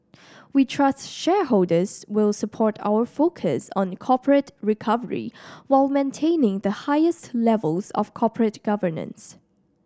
we trust shareholders will support our focus on corporate recovery while maintaining the highest levels of corporate governance